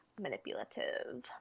manipulative